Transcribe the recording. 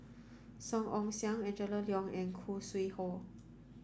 Song Ong Siang Angela Liong and Khoo Sui Hoe